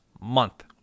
month